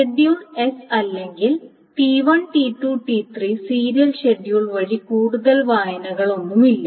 schedule S അല്ലെങ്കിൽT1T2T3 serial schedule വഴി കൂടുതൽ വായനകളൊന്നുമില്ല